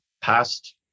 past